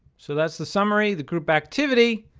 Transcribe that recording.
so that's the summary. the group activity.